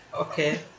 okay